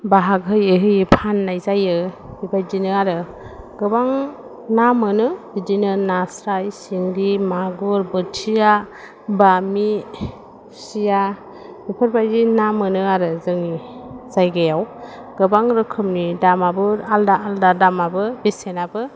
बाहाग होयै होयै फान्नाय जायो बेबायदिनो आरो गोबां ना मोनो बिदिनो नास्राय सिंगि मागुर बोथिया बामि खुसिया बेफोरबायदि ना मोनो आरो जोंनि जायगायाव गोबां रोखोमनि दामाबो आलदा आलदा दामाबो बेसेनाबो